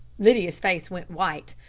lydia's face went white.